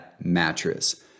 Mattress